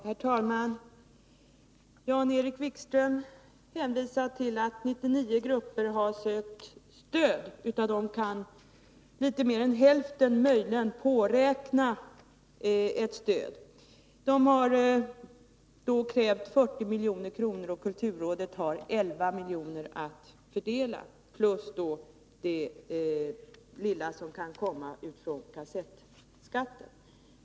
Herr talman! Jan-Erik Wikström hänvisar till att 99 grupper har sökt stöd. Av dem kan litet mer än hälften möjligen påräkna ett stöd. Grupperna har krävt 40 milj.kr., och kulturrådet har 11 miljoner att fördela, plus det lilla som kan komma från kassettskatten.